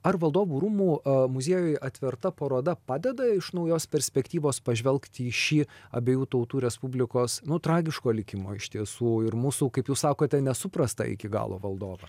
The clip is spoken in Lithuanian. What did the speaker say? ar valdovų rūmų muziejuje atverta paroda padeda iš naujos perspektyvos pažvelgt į šį abiejų tautų respublikos nu tragiško likimo iš tiesų ir mūsų kaip jūs sakote nesuprasta iki galo valdovą